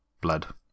blood